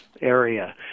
area